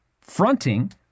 fronting